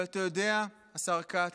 אבל אתה יודע, השר כץ,